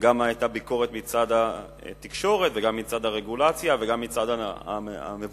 וגם היתה ביקורת מצד התקשורת וגם מצד הרגולציה וגם מצד המבוטחים.